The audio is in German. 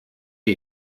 die